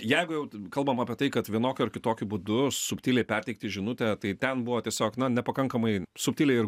jeigu jau kalbam apie tai kad vienokiu ar kitokiu būdu subtiliai perteikti žinutę tai ten buvo tiesiog na nepakankamai subtiliai ir